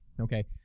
okay